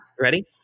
Ready